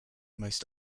most